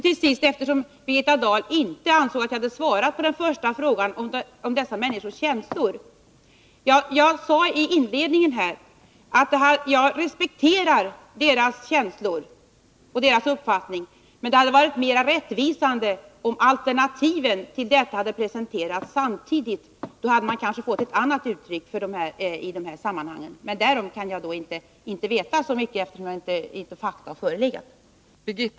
Till sist — eftersom Birgitta Dahl inte ansåg att jag hade svarat på den första frågan om dessa människors känslor — vill jag säga: Jag sade i inledningen att jag respekterar deras känslor och uppfattning. Men det hade varit mer rättvisande om alternativen hade presenterats samtidigt — då hade kanske uttrycket blivit ett annat. Men därom kan jag inte veta så mycket, eftersom fakta inte har förelegat.